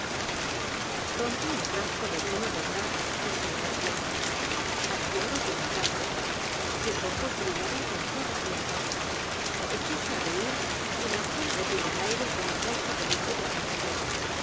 rompí un frasco de vino de grave y se lo alargué vaciólo de un trago sus ojos brillaron con fuego ardiente echóse á reir y lanzó la botella al aire con un gesto que no pude comprender